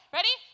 Ready